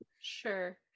sure